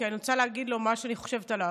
כי אני רוצה להגיד לו מה שאני חושבת עליו.